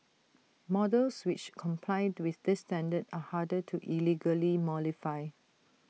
models which comply to this standard are harder to illegally modify